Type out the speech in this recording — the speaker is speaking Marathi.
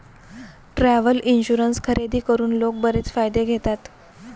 ट्रॅव्हल इन्शुरन्स खरेदी करून लोक बरेच फायदे घेतात